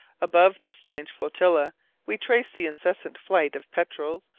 above this strange flotilla we traced the incessant flight of petrels,